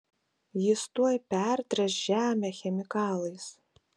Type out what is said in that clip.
jis tuoj pertręš žemę chemikalais